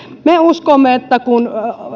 me uskomme että kun